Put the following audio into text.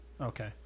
Okay